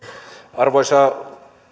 arvoisa